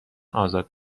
آزاد